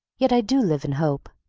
yet i do live in hope.